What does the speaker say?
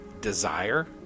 desire